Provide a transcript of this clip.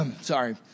sorry